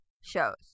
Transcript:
shows